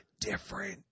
different